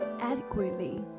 adequately